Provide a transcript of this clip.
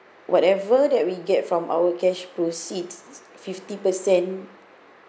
whatever that we get from our cash proceeds fifty per cent